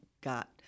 got